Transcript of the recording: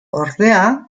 ordea